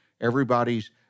everybody's